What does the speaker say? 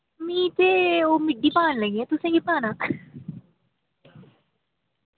मी ते ओ मिड्डी पान लगी आं तुसैं केह् पाना